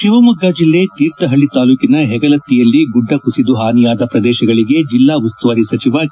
ಶಿವಮೊಗ್ಗ ಜಿಲ್ಲೆ ತೀರ್ಥಹಳ್ಳಿ ತಾಲೂಕಿನ ಹೆಗಲತ್ತಿಯಲ್ಲಿ ಗುಡ್ಡಕುಸಿದು ಹಾನಿಯಾದ ಪ್ರದೇಶಗಳಿಗೆ ಜಿಲ್ಲಾ ಉಸ್ತುವಾರಿ ಸಚಿವ ಕೆ